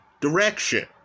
direction